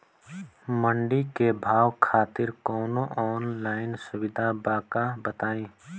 मंडी के भाव खातिर कवनो ऑनलाइन सुविधा बा का बताई?